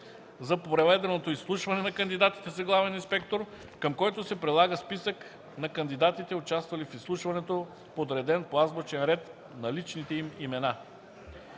за проведеното изслушване на кандидатите за главен инспектор, към който се прилага списък на кандидатите, участвали в изслушването, подреден по азбучен ред на личните им имена.”